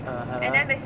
(uh huh)